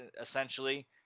essentially